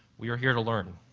we are here to learn.